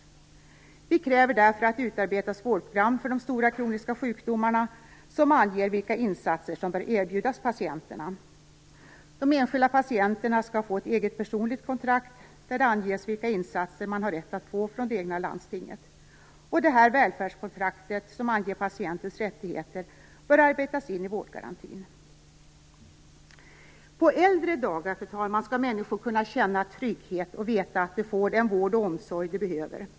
Folkpartiet kräver därför att det utarbetas vårdprogram för de stora kroniska sjukdomarna som anger vilka insatser som bör erbjudas patienterna. De enskilda patienterna skall få ett eget personligt kontrakt där det anges vilka insatser man har rätt att få från det egna landstinget. Detta välfärdskontrakt som anger patientens rättigheter bör arbetas in i vårdgarantin. Fru talman! På äldre dagar skall människor kunna känna trygghet och veta att de får den vård och omsorg de behöver.